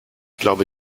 glaube